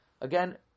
Again